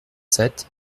sept